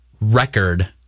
record